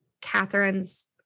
Catherine's